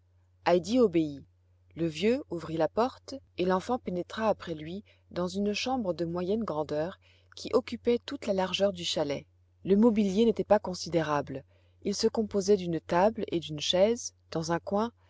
obéit le vieux ouvrit la porte et l'enfant pénétra après lui dans une chambre de moyenne grandeur qui occupait toute la largeur du chalet le mobilier n'était pas considérable il se composait d'une table et d'une chaise dans un coin